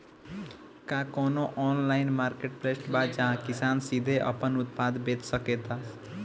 का कोनो online marketplace बा जहां किसान सीधे अपन उत्पाद बेच सकता?